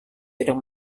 tidak